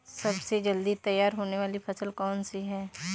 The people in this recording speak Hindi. सबसे जल्दी तैयार होने वाली फसल कौन सी है?